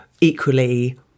equally